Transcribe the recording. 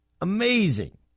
Amazing